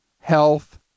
health